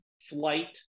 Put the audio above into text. flight